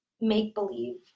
make-believe